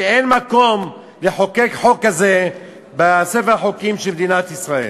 ואין מקום לחוקק חוק כזה בספר החוקים של מדינת ישראל.